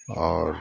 आओर